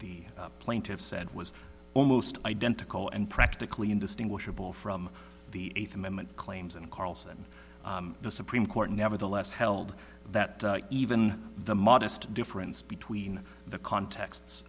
the plaintiffs said was almost identical and practically indistinguishable from the eighth amendment claims and carlson the supreme court nevertheless held that even the modest difference between the context